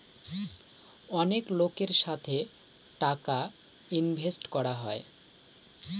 অনেক লোকের সাথে টাকা ইনভেস্ট করা হয়